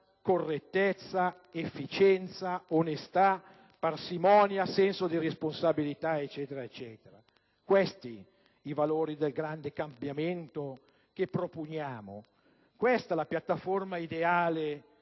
correttezza, efficienza, onestà, parsimonia, senso di responsabilità e così via. Questi i valori del grande cambiamento che propugniamo; questa la piattaforma ideale